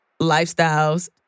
lifestyles